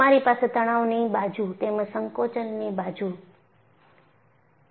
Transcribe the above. તમારી પાસે તણાવ ની બાજુ તેમજ સંકોચનની બાજુ છે